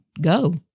go